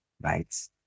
Right